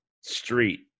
street